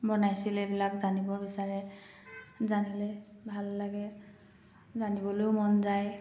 বনাইছিলে এইবিলাক জানিব বিচাৰে জানিলে ভাল লাগে জানিবলৈয়ো মন যায়